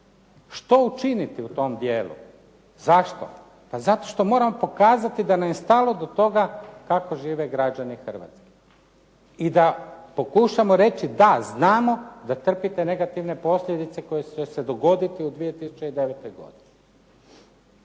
što učiniti u tom dijelu. Zašto? Pa zato što moramo pokazati da nam je stalo do toga kako žive građani Hrvatske i da pokušamo reći da, znamo da trpite negativne posljedice koje će se dogoditi u 2009. godini.